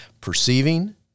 perceiving